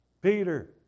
Peter